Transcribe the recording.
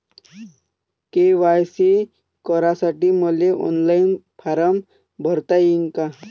KYC करासाठी मले online form भरता येईन का?